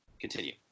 Continue